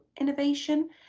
innovation